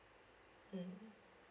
mm